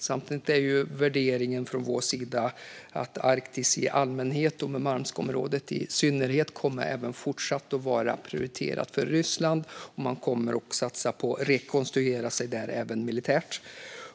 Samtidigt är värderingen från vår sida att Arktis i allmänhet och Murmanskområdet i synnerhet även fortsättningsvis kommer att vara prioriterat för Ryssland. Man kommer att satsa på att rekonstruera sig där även militärt.